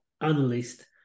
analyst